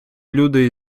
люди